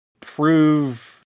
prove